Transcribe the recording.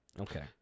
Okay